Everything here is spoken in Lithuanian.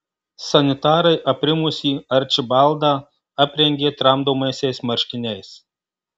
sanitarai aprimusį arčibaldą aprengė tramdomaisiais marškiniais